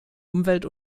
umwelt